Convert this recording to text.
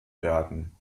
werden